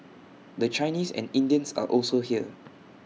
the Chinese and Indians are also here